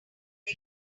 are